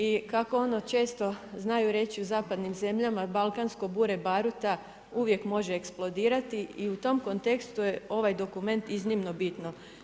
I kako ono često znaju reći u zapadnim zemljama „balkansko bure baruta“ uvijek može eksplodirati i u tom kontekstu je ovaj dokument iznimno bitno.